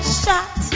shot